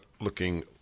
looking